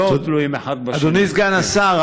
אדוני סגן השר,